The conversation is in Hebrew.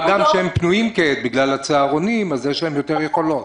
מה גם שהם פנויים כעת בגלל הצוהרונים אז יש להם יותר יכולות.